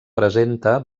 presenta